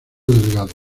delgado